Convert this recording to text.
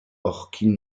orchies